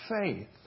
faith